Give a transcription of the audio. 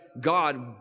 God